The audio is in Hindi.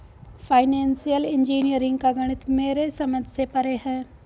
फाइनेंशियल इंजीनियरिंग का गणित मेरे समझ से परे है